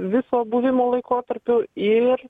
viso buvimo laikotarpiu ir